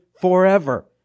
forever